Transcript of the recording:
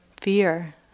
fear